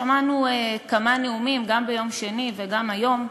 שמענו כמה נאומים, גם ביום שני וגם היום,